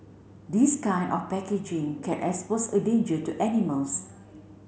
this kind of packaging can expose a danger to animals